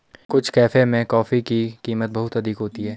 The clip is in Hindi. कुछ कैफे में कॉफी की कीमत बहुत अधिक होती है